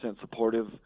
supportive